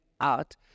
out